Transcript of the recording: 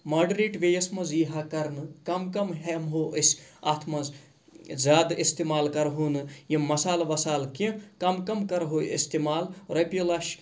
moderate وی یَس منٛز ییٖہا کَرنہٕ کَم کَم ہیٚمٕہو أسۍ اَتھ منٛز زیادٕ اِستعمال کَرہو نہٕ یِم مَسالہٕ وَسالہٕ کینٛہہ کَم کَم کَرٕہو اِستعمال رۄپیہِ لَچھ